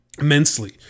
immensely